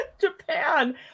japan